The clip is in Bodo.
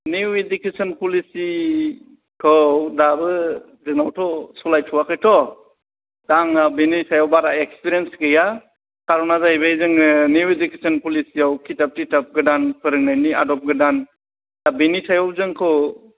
निउ इडुकेसन पलिसि खौ दाबो जोंनावथ' सालायथवाखैथ' दा आङो बेनि सायाव बारा एक्सपिरियेन्स गैया खार'ना जाहैबाय जोङो निउ इडुकेसन पलिसि याव खिथाब थिथाब गोदान फोरोंनायनि आदब गोदान दा बेनि सायाव जोंखौ